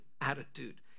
attitude